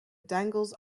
dangles